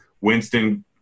Winston